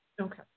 Okay